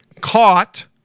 caught